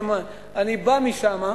אני בא משם,